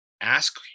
ask